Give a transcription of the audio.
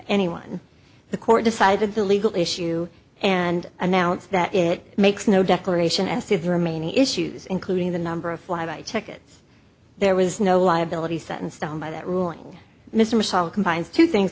anyone the court decided the legal issue and announce that it makes no declaration as to the remaining issues including the number of fly by tickets there was no liability set in stone by that ruling mr mitchell combines two things